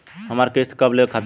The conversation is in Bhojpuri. हमार किस्त कब ले खतम होई?